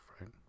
right